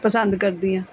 ਪਸੰਦ ਕਰਦੀ ਹਾਂ